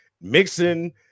mixing –